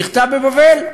נכתב בבבל.